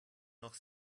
noch